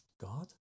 God